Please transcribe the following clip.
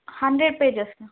hundred pages